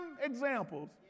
examples